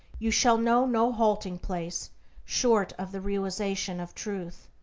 you shall know no halting-place short of the realization of truth.